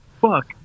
fuck